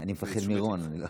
אני מפחד מרון.